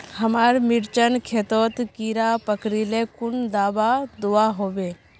हमार मिर्चन खेतोत कीड़ा पकरिले कुन दाबा दुआहोबे?